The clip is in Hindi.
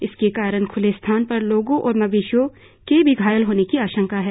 इसके कारण खुले स्थान पर लोगों और मवेशियों के भी घायल होने की आशंका है